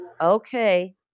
okay